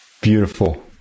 Beautiful